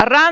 onhan